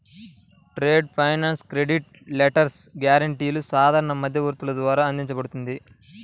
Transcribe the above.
trade finance credit letters, గ్యారెంటీలు సాధారణ మధ్యవర్తుల ద్వారా అందించబడుతుంది